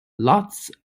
lots